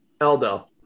Eldo